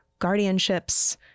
guardianships